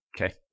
Okay